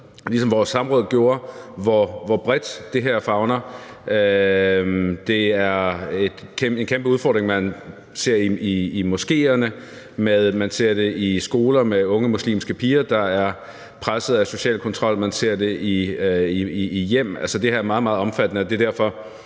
ligesom vores samråd gjorde det, også afspejler, hvor bredt det her favner. Det er en kæmpe udfordring, man ser i moskéerne, og man ser det i skoler med unge muslimske piger, der er presset af social kontrol, og man ser det i hjemmene. Det her er altså meget, meget omfattende, og det er derfor,